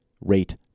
rate